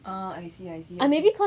ah I see I see